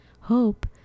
Hope